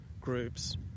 groups